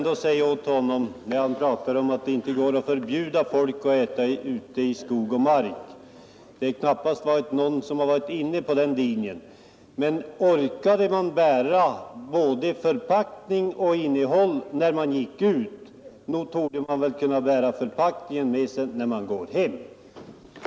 Då han pratar om att det inte går att förbjuda folk att äta ute i skog och mark, vill jag säga att knappast någon har varit inne på den linjen. Men orkar man bära både förpackning och innehåll när man går ut, så torde man kunna bära förpackningen med sig när man går hem.